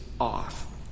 off